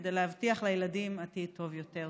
כדי להבטיח לילדים עתיד טוב יותר.